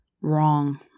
wrong